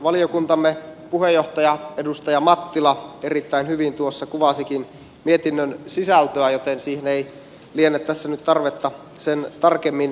valiokuntamme puheenjohtaja edustaja mattila erittäin hyvin tuossa kuvasikin mietinnön sisältöä joten siihen ei liene tässä nyt tarvetta sen tarkemmin mennä